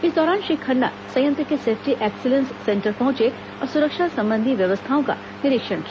इस दौरान श्री खन्ना संयंत्र के सेफ्टी एक्सीलेंस सेंटर पहुंचे और सुरक्षा संबंधी व्यवस्थाओं का निरीक्षण किया